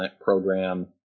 program